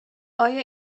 آیا